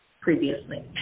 previously